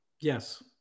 Yes